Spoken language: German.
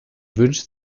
wünscht